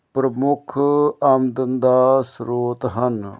ਪ੍ਰਮੁੱਖ ਆਮਦਨ ਦਾ ਸਰੋਤ ਹਨ